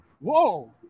whoa